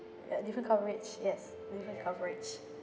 ya different coverage yes different coverage